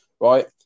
right